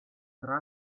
tra